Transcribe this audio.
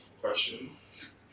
questions